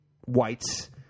whites